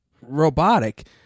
robotic